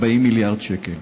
40 מיליארד שקל.